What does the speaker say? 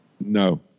No